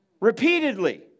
Repeatedly